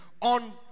on